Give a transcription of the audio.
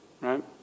right